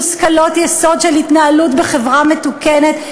מושכלות יסוד של התנהלות בחברה מתוקנת,